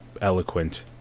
eloquent